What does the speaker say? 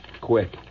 quick